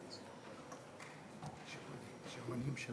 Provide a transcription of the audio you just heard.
גברתי